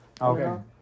Okay